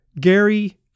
Gary